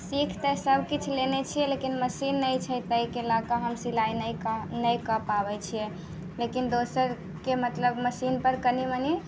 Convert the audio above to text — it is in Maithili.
सीख तऽ सभ किछु लेने छियै लेकिन मशीन नहि छै ताहिके लऽ के हम सिलाइ नहि कऽ पाबै छियै लेकिन दोसरके मतलब मशीन पर कनि मनि